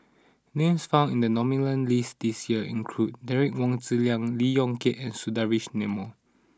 names found in the nominees' list this year include Derek Wong Zi Liang Lee Yong Kiat and Sundaresh Menon